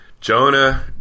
Jonah